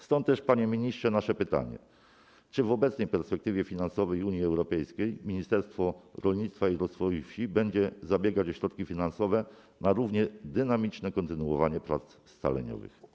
Stąd też, panie ministrze, nasze pytanie: Czy w obecnej perspektywie finansowej Unii Europejskiej Ministerstwo Rolnictwa i Rozwoju Wsi będzie zabiegać o środki finansowe na równie dynamiczne kontynuowanie prac scaleniowych?